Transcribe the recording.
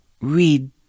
read